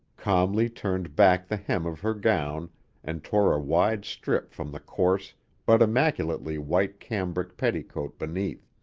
calmly turned back the hem of her gown and tore a wide strip from the coarse but immaculately white cambric petticoat beneath.